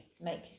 make